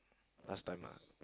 last time ah